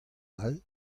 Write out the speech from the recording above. all